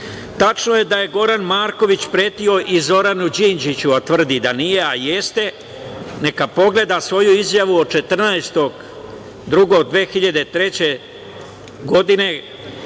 smrću. Tačno je da je Goran Marković pretio i Zoranu Đinđiću, a tvrdi da nije, a jeste. Neka pogleda svoju izjavu od 14. februara 2003. godine,